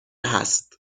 هست